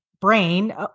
brain